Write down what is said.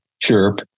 chirp